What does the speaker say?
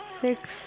six